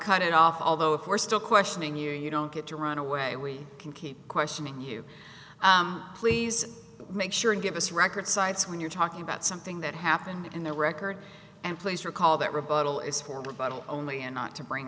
cut it off although if we're still questioning your you don't get to run away we can keep questioning you please make sure and give us record cites when you're talking about something that happened in the record and please recall that rebuttal is for rebuttal only and not to bring